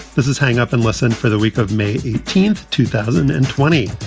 this is hang up and listen for the week of may eighteenth, two thousand and twenty.